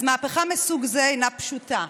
אז מהפכה מסוג זה אינה פשוטה.